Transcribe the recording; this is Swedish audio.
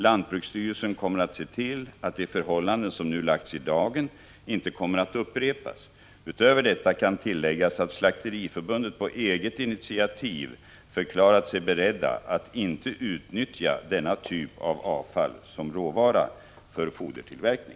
Lantbruksstyrelsen kommer att se till att de förhållanden som nu lagts i dagen inte kommer att upprepas. Utöver detta kan tilläggas att Slakteriförbundet på eget initiativ förklarat sig berett att inte utnyttja denna typ av avfall som råvara för fodertillverkning.